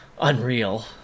unreal